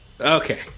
Okay